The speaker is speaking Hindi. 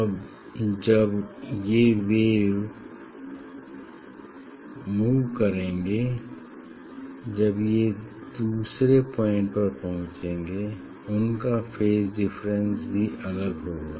अब जब ये मूव करेंगे जब ये दूसरे पॉइंट पर पहुंचेंगे उनका फेज डिफरेंस भी अलग होगा